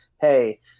hey